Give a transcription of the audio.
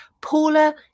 Paula